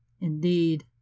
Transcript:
Indeed